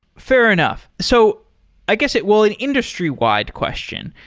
fair enough. so i guess it well, an industry-wide question.